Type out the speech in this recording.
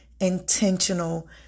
intentional